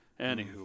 Anywho